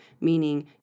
meaning